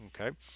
Okay